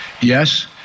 Yes